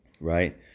Right